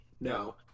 no